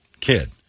kid